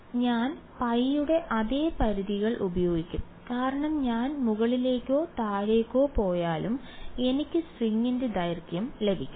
ഇപ്പോൾ ഞാൻ pi യുടെ അതേ പരിധികൾ ഉപയോഗിക്കും കാരണം ഞാൻ മുകളിലേക്കോ താഴേക്കോ പോയാലും എനിക്ക് സ്ട്രിംഗിന്റെ ദൈർഘ്യം ലഭിക്കണം